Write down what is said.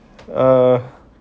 err